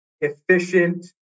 efficient